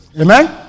Amen